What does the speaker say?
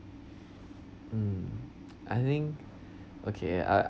mm I think okay uh